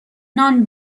نان